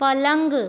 पलंग